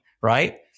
right